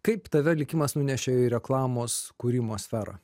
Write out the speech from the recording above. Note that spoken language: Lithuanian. kaip tave likimas nunešė į reklamos kūrimo sferą